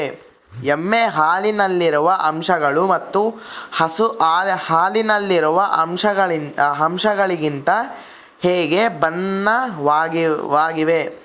ಎಮ್ಮೆ ಹಾಲಿನಲ್ಲಿರುವ ಅಂಶಗಳು ಮತ್ತು ಹಸು ಹಾಲಿನಲ್ಲಿರುವ ಅಂಶಗಳಿಗಿಂತ ಹೇಗೆ ಭಿನ್ನವಾಗಿವೆ?